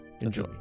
enjoy